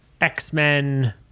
X-Men